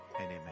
Amen